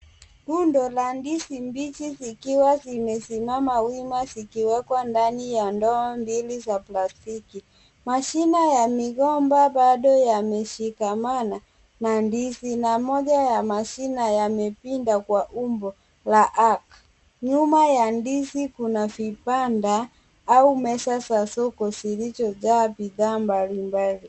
Rundo la ndizi mbichi zikiwa zimesimama wima zikiwekwa ndani ya ndoo mbili za plastiki. Mashina ya migomba bado yameshikamana na ndizi na moja ya mashina yamepinda kwa umbo la arc .Nyuma ya ndizi kuna vibanda au meza za soko zilizojaa bidhaa mbalimbali.